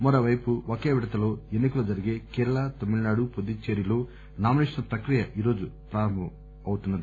మరోపైపు ఒకే విడతలో ఎన్ని కలు జరిగే కేరళ తమిళనాడు పుదుచ్చేరిలో నామినేషన్ల ప్రక్రియ ఈ రోజు ప్రారంభం కానుంది